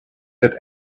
that